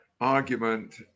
argument